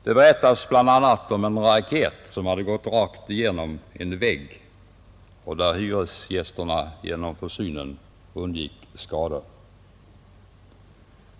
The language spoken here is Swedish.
Det berättades bl.a. om en raket som hade gått rakt igenom en vägg och där hyresgästerna genom försynen undgick skador.